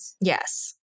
Yes